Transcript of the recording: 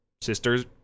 Sisters